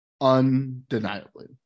undeniably